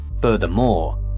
Furthermore